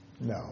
No